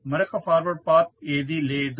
మరొక forward path ఏదీ లేదు